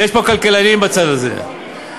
ויש פה כלכלנים בצד הזה,